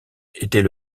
était